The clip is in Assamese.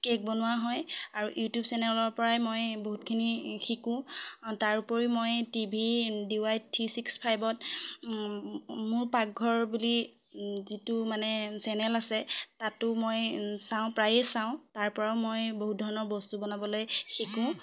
কে'ক বনোৱা হয় আৰু ইউটিউব চেনেলৰ পৰাই মই বহুতখিনি শিকোঁ তাৰোপৰি মই T V D Y three six ফাইভত মোৰ পাকঘৰ বুলি যিটো মানে চেনেল আছে তাতো মই চাওঁ প্ৰায়ে চাওঁ তাৰপৰাও মই বহুত ধৰণৰ বস্তু বনাবলৈ শিকোঁ